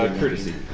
courtesy